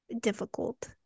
difficult